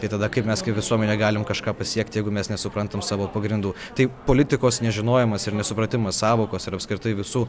tai tada kaip mes kaip visuomenė galim kažką pasiekti jeigu mes nesuprantam savo pagrindų tai politikos nežinojimas ir nesupratimas sąvokos ir apskritai visų